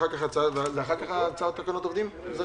שתי הצעות חוק.